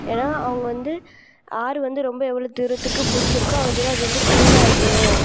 ஏன்னால் அவங்க வந்து ஆறு வந்து ரொம்ப எவ்வளோ தூரத்துக்கு பிடிச்சியிருக்கோ அவ்வளோதூரம் அது வந்து கிளீனாக இருக்கணும்